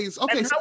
okay